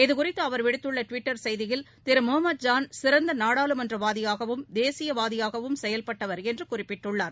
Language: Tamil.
இதுகுறித்து அவர் விடுத்துள்ள டுவிட்டர் செய்தியில் திரு முகமது சிறந்த நாடாளுமன்றவாதியாகவும் தேசியவாதியாகவும் செயல்பட்டவர் என்று குறிப்பிட்டுள்ளார்